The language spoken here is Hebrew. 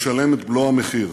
משלם את מלוא המחיר,